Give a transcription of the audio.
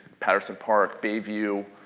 patterson park, bay view,